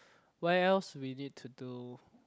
what else we need to do